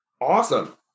Awesome